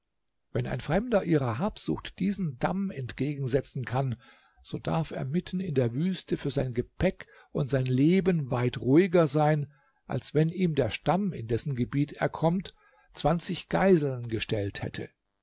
wenn ein fremder ihrer habsucht diesen damm entgegensetzen kann so darf er mitten in der wüste für sein gepäck und sein leben weit ruhiger sein als wenn ihm der stamm in dessen gebiet er kommt zwanzig geiseln gestellt hätte